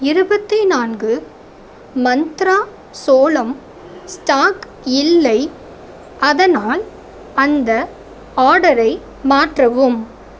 இருபத்தி நான்கு மந்த்ரா சோளம் ஸ்டாக் இல்லை அதனால் அந்த ஆர்டரை மாற்றவும்